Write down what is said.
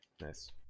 nice